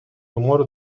humor